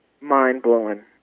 mind-blowing